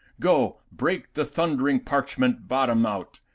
go, break the thundring parchment bottom out,